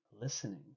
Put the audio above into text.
listening